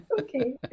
okay